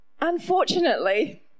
unfortunately